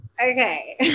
okay